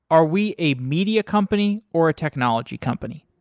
are we a media company or a technology company?